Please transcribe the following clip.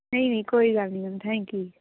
ਨਹੀਂ ਨਹੀਂ ਕੋਈ ਗੱਲ ਨਹੀਂ ਮੈਮ ਥੈਂਕ ਯੂ ਜੀ